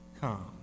come